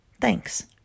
Thanks